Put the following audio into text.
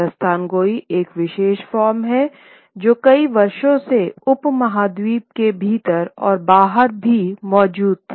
दास्तानगोई एक विशेष फार्म हैं जो कई वर्षों से उपमहाद्वीप के भीतर और बाहर भी मौजूद था